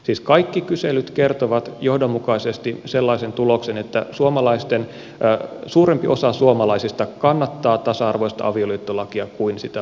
siis kaikki kyselyt kertovat johdonmukaisesti sellaisen tuloksen että suurempi osa suomalaisista kannattaa tasa arvoista avioliittolakia kuin sitä vastustaa